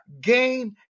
game